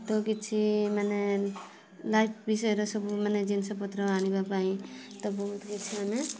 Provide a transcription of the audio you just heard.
ତ କିଛି ମାନେ ଲାଇଫ୍ ବିଷୟରେ ସବୁ ମାନେ ଜିନିଷ ପତ୍ର ଆଣିବା ପାଇଁ ତ ବହୁତ କିଛି ଆମେ